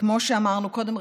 וכמו שאמרנו קודם,